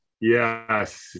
Yes